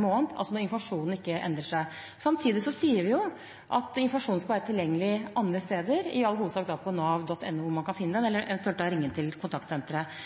måned – altså når informasjonen ikke endrer seg. Samtidig sier vi at informasjonen skal være tilgjengelig andre steder, i all hovedsak på nav.no, hvor man kan finne den, eventuelt at man kan ringe til kontaktsenteret.